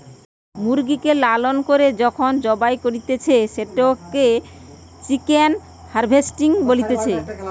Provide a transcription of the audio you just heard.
মুরগিকে লালন করে যখন জবাই করতিছে, সেটোকে চিকেন হার্ভেস্টিং বলতিছে